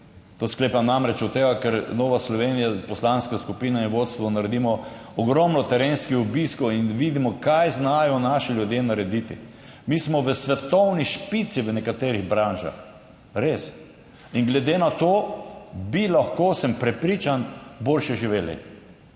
to sklepam namreč iz tega, ker Nova Slovenija, poslanska skupina in vodstvo naredimo ogromno terenskih obiskov in vidimo, kaj znajo naši ljudje narediti -, mi smo v svetovni špici v nekaterih branžah, res. In glede na to bi lahko, sem prepričan, bolje živeli,